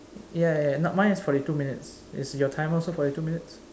ya ya ya not mine is forty two minutes is your timer also forty two minutes